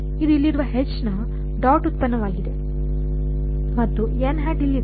ಇದು ಇಲ್ಲಿರುವ ನ ಡಾಟ್ ಉತ್ಪನ್ನವಾಗಿದೆ ಮತ್ತು ಇಲ್ಲಿದೆ